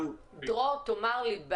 שמענו את